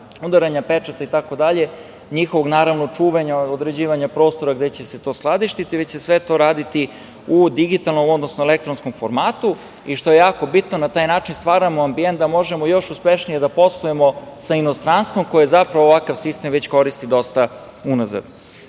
udaranja pečata itd. njihovog, naravno, čuvanja, određivanja procesa gde će se to skladištiti, već će se sve to raditi u digitalnom, odnosno elektronskom formatu i što je jako bitno na taj način stvaramo ambijent da možemo još uspešnije da poslujemo sa inostranstvom, koji je zapravo ovakav sistem već koristi dosta